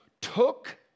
took